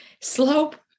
slope